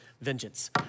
vengeance